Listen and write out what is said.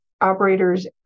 operators